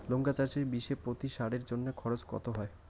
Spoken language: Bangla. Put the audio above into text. লঙ্কা চাষে বিষে প্রতি সারের জন্য খরচ কত হয়?